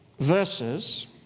verses